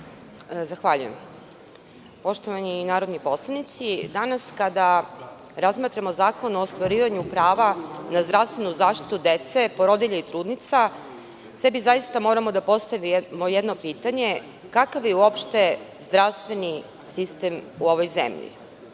Zahvaljujem. Poštovani narodni poslanici, danas kada razmatramo Zakon o ostvarivanju prava na zdravstvenu zaštitu dece, porodilja i trudnica, sebi zaista moramo da postavimo jedno pitanje, kakav je uopšte zdravstveni sistem u ovoj zemlji.